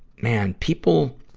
man, people,